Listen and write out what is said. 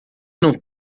não